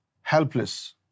helpless